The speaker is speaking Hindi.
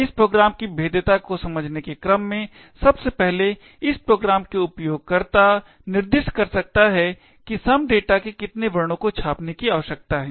इस प्रोग्राम की भेद्यता को समझने के क्रम में सबसे पहले इस प्रोग्राम का उपयोगकर्ता निर्दिष्ट कर सकता हैं कि some data के कितने वर्णों को छापने की आवश्यकता है